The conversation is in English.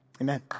Amen